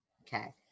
okay